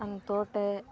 அந்த தோடை